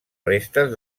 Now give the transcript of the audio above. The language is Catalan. restes